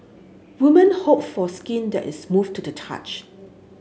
women hope for skin that is move to the touch